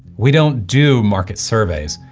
we don't do market surveys.